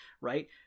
right